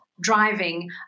driving